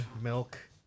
milk